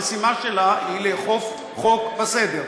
המשימה שלה היא לאכוף חוק וסדר.